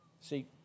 See